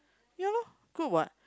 ya lor good what